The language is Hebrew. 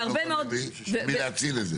לא יכול להאציל את זה.